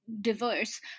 Diverse